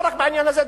לא רק בעניין הזה,